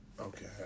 Okay